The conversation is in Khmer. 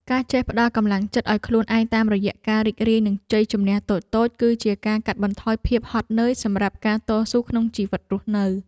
ការចេះផ្ដល់កម្លាំងចិត្តឱ្យខ្លួនឯងតាមរយៈការរីករាយនឹងជ័យជម្នះតូចៗគឺជាការកាត់បន្ថយភាពហត់នឿយសម្រាប់ការតស៊ូក្នុងជីវិតរស់នៅ។